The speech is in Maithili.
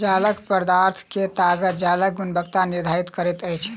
जालक पदार्थ के ताकत जालक गुणवत्ता निर्धारित करैत अछि